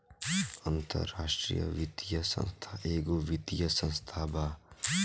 अन्तराष्ट्रिय वित्तीय संस्था एगो वित्तीय संस्था बा